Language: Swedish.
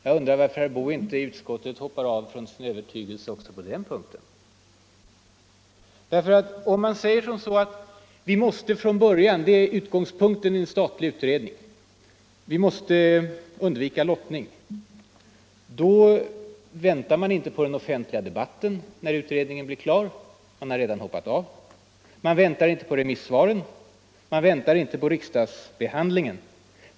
Jag undrar varför herr Boo i utskottet inte hoppat av från sin övertygelse också på den punkten. Om man säger att vi från början — som en utgångspunkt i en statlig utredning — måste undvika lottning, då väntar man inte på den offentliga debatten när utredningen blir klar; man har ju redan hoppat av. Man väntar inte på remissvaren, man väntar inte på riksdagsbehandlingen.